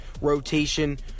rotation